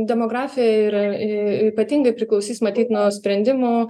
demografija yra į ypatingai priklausys matyt nuo sprendimų